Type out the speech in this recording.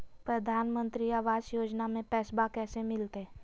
प्रधानमंत्री आवास योजना में पैसबा कैसे मिलते?